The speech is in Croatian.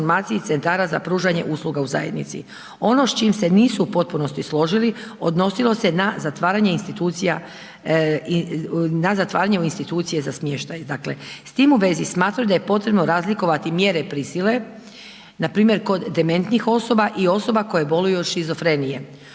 centara za pružanje usluga u zajednici. Ono s čim se nisu u potpunosti složili odnosilo se na zatvaranje institucija i, na zatvaranje u institucije za smještaj. Dakle, s tim u vezi smatraju da je potrebno razlikovati mjere prisile npr. kod dementnih osoba i osoba koje boluju od šizofrenije.